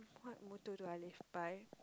what motto do I live by